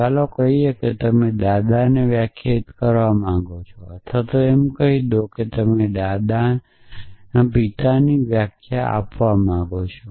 ચાલો કહી દઈએ કે તમે દાદાને વ્યાખ્યાયિત કરવા માંગો છો અથવા એમ કહી દો કે તમે દાદા પિતાની વ્યાખ્યા આપવા માંગો છો